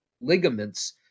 ligaments